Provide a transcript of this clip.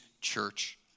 church